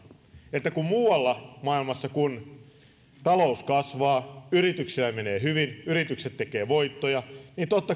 että kun muualla maailmassa talous kasvaa yrityksillä menee hyvin yritykset tekevät voittoja totta